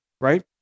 right